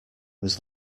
was